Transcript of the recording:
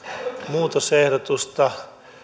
muutosehdotusta